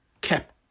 kept